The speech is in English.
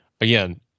again